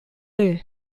will